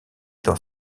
dans